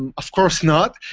um of course not,